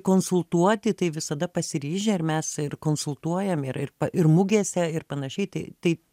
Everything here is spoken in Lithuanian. konsultuoti tai visada pasiryžę ir mes ir konsultuojam ir ir ir mugėse ir panašiai tai tai